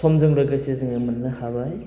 समजों लोगोसे जोङो मोननो हाबाय